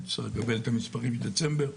אני צריך לקבל את המספרים של דצמבר.